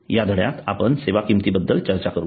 या धड्यात आपण सेवांच्या किंमतींबद्दल चर्चा करू